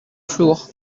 flour